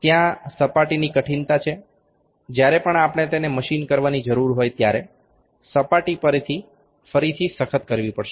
ત્યાં સપાટીની કઠિનતા છે જ્યારે પણ આપણે તેને મશીન કરવાની જરૂર હોય ત્યારે સપાટી ફરીથી સખત કરવી પડશે